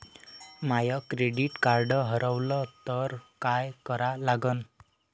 माय credit card हारवलं तर काय करा लागन?